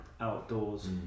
outdoors